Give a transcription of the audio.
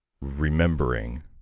remembering